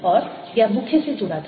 और यह मुख्य से जुड़ा था